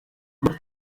look